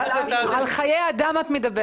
את מדברת על חיי אדם.